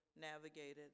navigated